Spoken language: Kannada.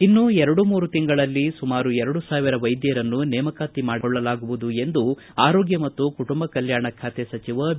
ಇನ್ನೂ ಎರಡು ಮೂರು ತಿಂಗಳಲ್ಲಿ ಸುಮಾರು ಎರಡು ಸಾವಿರ ವೈದ್ಯರನ್ನು ನೇರ ನೇಮಕಾತಿ ಮಾಡಿಕೊಳ್ಳಲಾಗುವುದು ಎಂದು ಆರೋಗ್ಯ ಮತ್ತು ಕುಟುಂಬ ಕಲ್ಕಾಣ ಖಾತೆ ಸಚಿವ ಬಿ